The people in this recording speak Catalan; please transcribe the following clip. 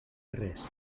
res